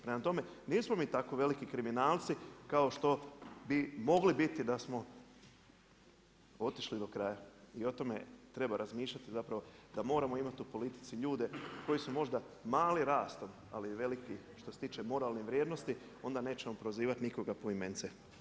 Prema tome, nismo mi tako veliki kriminalci kao što bi mogli biti da smo otišli do kraja, i o tome treba razmišljati zapravo, da moramo imati u politici koji su možda mali rastom, ali veliki što se tiče moralne vrijednosti, onda nećemo prozivati nikoga poimence.